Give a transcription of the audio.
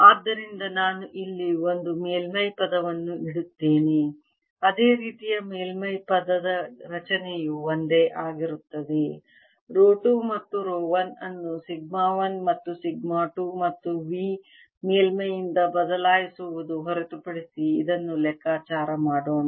ಆದ್ದರಿಂದ ನಾನು ಇಲ್ಲಿ ಒಂದು ಮೇಲ್ಮೈ ಪದವನ್ನು ಇಡುತ್ತೇನೆ ಅದೇ ರೀತಿಯ ಮೇಲ್ಮೈ ಪದದ ರಚನೆಯು ಒಂದೇ ಆಗಿರುತ್ತದೆ ರೋ 2 ಮತ್ತು ರೋ 1 ಅನ್ನು ಸಿಗ್ಮಾ 1 ಮತ್ತು ಸಿಗ್ಮಾ 2 ಮತ್ತು V ಮೇಲ್ಮೈಯಿಂದ ಬದಲಾಯಿಸಲಾಗುವುದು ಹೊರತುಪಡಿಸಿ ಇದನ್ನು ಲೆಕ್ಕಾಚಾರ ಮಾಡೋಣ